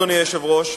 אדוני היושב-ראש,